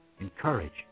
encourage